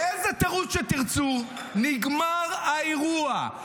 באיזה תירוץ שתרצו, נגמר האירוע.